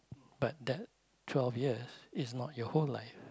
but that twelve years is not your whole life